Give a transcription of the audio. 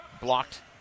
blocked